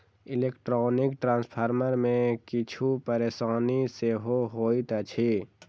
electronic transfer मे किछु परेशानी सेहो होइत अछि